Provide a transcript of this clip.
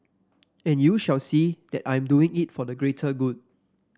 and you shall see that I'm doing it for the greater good